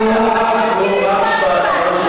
הכנסת סטרוק, אני באמת סקרן.